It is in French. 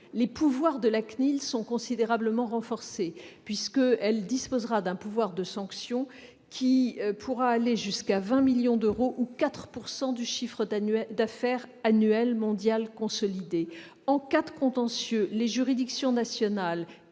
les pouvoirs de la CNIL sont considérablement renforcés, puisqu'elle disposera d'un pouvoir de sanction, pouvant aller jusqu'à 20 millions d'euros ou 4 % du chiffre d'affaires annuel mondial consolidé. En cas de contentieux, les juridictions nationales